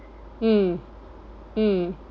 mm mm